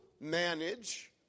manage